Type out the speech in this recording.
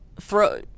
throw